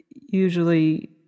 usually